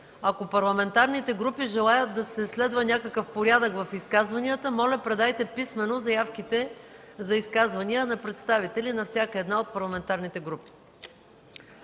Ако парламентарните групи желаят да се следва някакъв порядък в изказванията, моля предайте писмено заявките за изказвания на представители на всяка една от парламентарните групи.